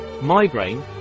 migraine